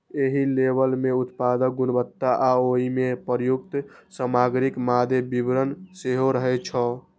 एहि लेबल मे उत्पादक गुणवत्ता आ ओइ मे प्रयुक्त सामग्रीक मादे विवरण सेहो रहै छै